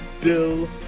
Bill